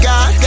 God